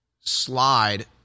slide